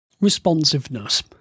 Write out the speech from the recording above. Responsiveness